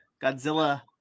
Godzilla